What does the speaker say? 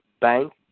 bank